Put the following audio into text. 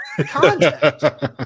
Context